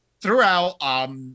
throughout